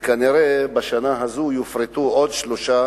וכנראה בשנה זו יופרטו עוד שלושה